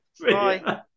Bye